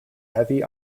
heavy